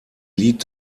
lied